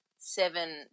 seven